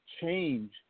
change